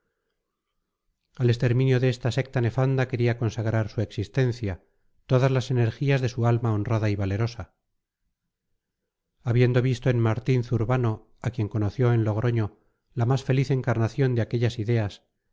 al exterminio de esta secta nefanda quería consagrar su existencia todas las energías de su alma honrada y valerosa habiendo visto en martín zurbano a quien conoció en logroño la más feliz encarnación de aquellas ideas